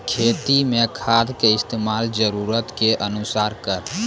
खेती मे खाद के इस्तेमाल जरूरत के अनुसार करऽ